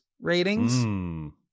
ratings